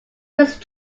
lose